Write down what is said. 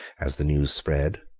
as the news spread,